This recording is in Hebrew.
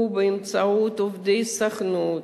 באמצעות עובדי סוכנות,